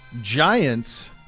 Giants